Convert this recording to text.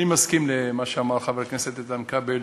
אני מסכים עם מה שאמר חבר הכנסת איתן כבל,